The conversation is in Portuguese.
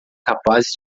capazes